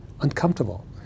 uncomfortable